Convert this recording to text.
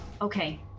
Okay